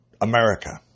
America